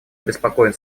обеспокоен